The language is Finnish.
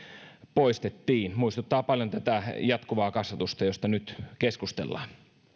poistettiin muistuttaa paljon tätä jatkuvaa kasvatusta josta nyt keskustellaan